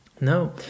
No